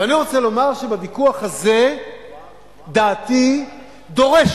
ואני רוצה לומר שבוויכוח הזה דעתי דורשת